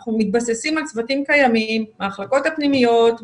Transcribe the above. אנחנו מתבססים על צוותים קיימים מחלקות פנימיות,